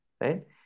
right